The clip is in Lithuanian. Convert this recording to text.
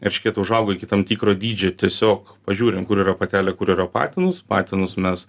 eršketai užauga iki tam tikro dydžio tiesiog pažiūrim kur yra patelė kuri yra patinas patinus mes